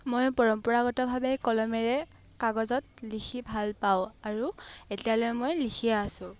মই পৰম্পৰাগতভাৱে কলমেৰে কাগজত লিখি ভাল পাওঁ আৰু এতিয়ালৈ মই লিখিয়ে আছোঁ